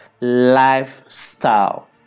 Lifestyle